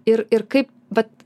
ir ir kaip vat